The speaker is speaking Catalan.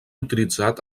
utilitzat